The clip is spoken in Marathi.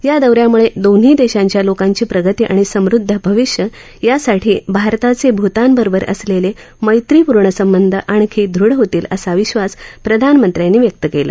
या दौऱ्यामुळ दोन्ही दश्वांच्या लोकांची प्रगती आणि समुध्द भविष्य यासाठी भारताच भूतानबरोबर असलप्न मैत्रिपूर्ण संबंध आणखी दृढ होतील असा विश्वास प्रधानमंत्र्यांनी व्यक्त कला